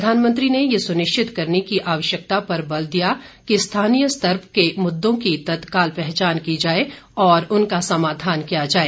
प्रधानमंत्री ने यह सुनिश्चित करने की आवश्यकता पर बल दिया कि स्थानीय स्तर के मुद्दों की तत्काल पहचान की जाए और उनका समाधान किया जाए